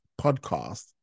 podcast